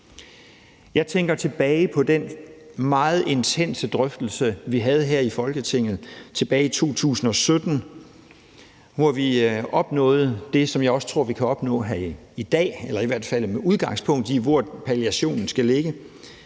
Jeg tænker tilbage på den meget intense drøftelse, vi havde her i Folketinget tilbage i 2017, hvor vi opnåede det, som jeg også tror vi kan opnå her i dag, eller i hvert fald tage udgangspunkt i, nemlig hvor palliationen skal ligge.